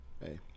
hey